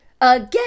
Again